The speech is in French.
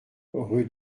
rue